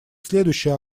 следующий